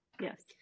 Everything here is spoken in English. Yes